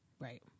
right